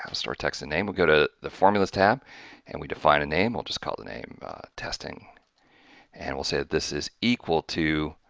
um store text in name will go to the formulas tab and we define a name we'll just call the name testing and will say that this is equal to